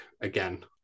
again